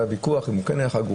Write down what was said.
היה ויכוח אם הוא כן היה חגור,